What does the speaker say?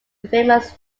infamous